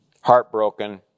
heartbroken